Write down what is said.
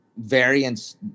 variants